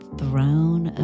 throne